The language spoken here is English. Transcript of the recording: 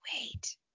wait